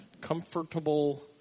comfortable